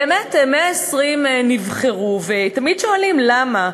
באמת 120 נבחרו, ותמיד שואלים למה.